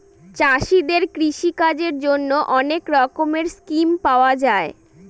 চাষীদের কৃষিকাজের জন্যে অনেক রকমের স্কিম পাওয়া যায়